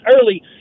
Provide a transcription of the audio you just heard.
early